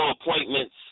Appointments